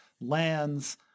lands